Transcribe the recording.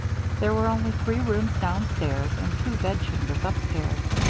there were only three rooms downstairs and two bed-chambers upstairs.